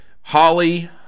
holly